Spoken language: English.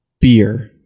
Beer